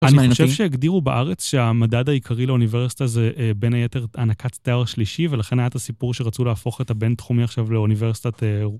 אני חושב שהגדירו בארץ שהמדד העיקרי לאוניברסיטה, זה בין היתר הענקת תיאור השלישי, ולכן היה את הסיפור שרצו להפוך את הבין תחומי עכשיו לאוניברסיטת אה...